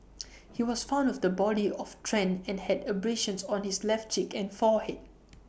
he was found of the body of Tran and had abrasions on his left cheek and forehead